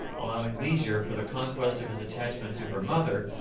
allowing leisure for the conquest of his attachment to her mother,